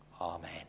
Amen